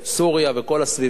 סוריה וכל הסביבה,